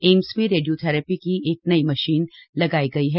AIIMS में radiotherapy की एक नई मशीन लगायी गयी है